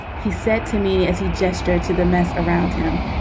he said to me as he gestured to the mess around him,